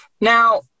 Now –